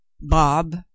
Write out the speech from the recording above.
Bob